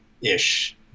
ish